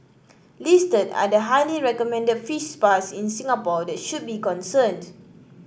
listed are the highly recommended fish spas in Singapore that should be concerned